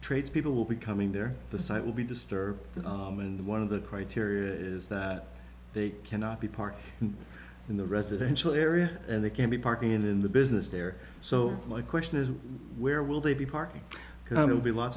trades people will be coming there the site will be disturbed and one of the criteria is that they cannot be parked in the residential area and they can't be parking in the business there so my question is where will they be parking going to be lots